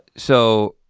so